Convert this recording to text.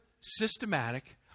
systematic